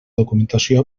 documentació